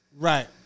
Right